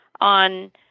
on